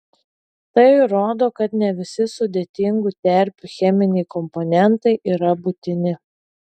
tai įrodo kad ne visi sudėtingų terpių cheminiai komponentai yra būtini